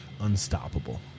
unstoppable